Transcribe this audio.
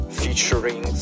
featuring